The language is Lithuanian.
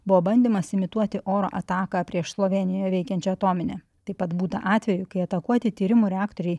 buvo bandymas imituoti oro ataką prieš slovėnijoje veikiančią atominę taip pat būta atvejų kai atakuoti tyrimų reaktoriai